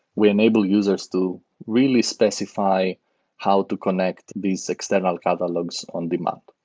we enable users to really specify how to connect these external catalogs on the map.